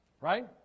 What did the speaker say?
Right